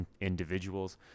individuals